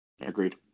Agreed